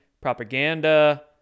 propaganda